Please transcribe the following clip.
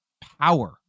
power